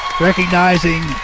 recognizing